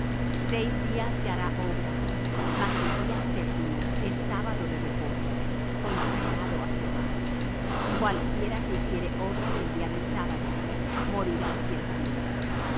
seis días se hará obra mas el día séptimo es sábado de reposo consagrado á jehová cualquiera que hiciere obra el día del sábado morirá ciertamente